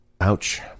Ouch